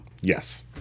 Yes